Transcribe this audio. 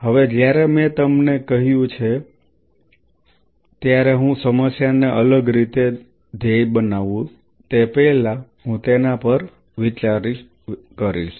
હવે જ્યારે મેં તમને કહ્યું છે ત્યારે હું સમસ્યાને અલગ રીતે ધ્યેય બનાવું તે પહેલાં હું તેના પર વિચાર કરીશ